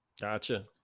Gotcha